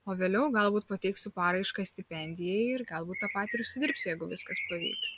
o vėliau galbūt pateiksiu paraišką stipendijai ir galbūt tą patį ir užsidirbsiu jeigu viskas pavyks